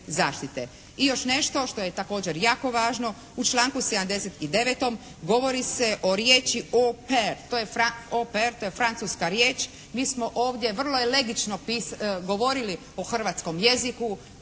I još nešto što je također jako važno. U članku 79. govori se o riječi "au pair". "Au pair" to je francuska riječ. Mi smo ovdje vrlo elegično govorili o hrvatskom jeziku.